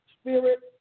spirit